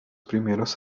primeros